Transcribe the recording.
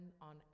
on